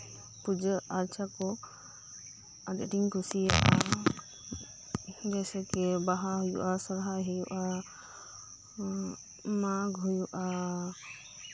ᱯᱩᱡᱟᱹ ᱟᱡᱟ ᱠᱩ ᱟᱹᱰᱤ ᱟᱴᱤᱧᱠᱩᱥᱤᱭᱟᱜ ᱟ ᱡᱮᱥᱮᱠᱮ ᱵᱟᱦᱟ ᱦᱩᱭᱩᱜ ᱟ ᱥᱚᱦᱨᱟᱭ ᱦᱩᱭᱩᱜ ᱟ ᱢᱟᱜ ᱦᱩᱭᱩᱜ ᱟ